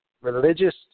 religious